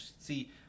see